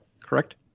correct